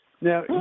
Now